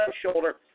shoulder